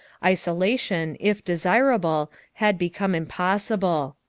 isolation, if desirable, had become impossible.